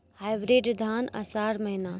Hybrid धान आषाढ़ महीना?